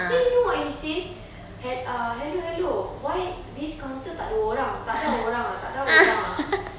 then you know what he say he~ ah hello hello why this counter tak ada orang ah tak ada orang ah tak ada orang ah